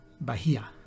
Bahia